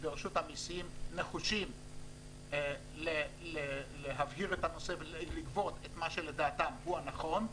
שברשות המסים נחושים להבהיר את הנושא ולגבות את מה שלדעתם הוא הנכון,